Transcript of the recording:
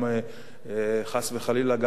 חס וחלילה,